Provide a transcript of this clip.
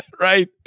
right